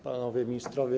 Panowie Ministrowie!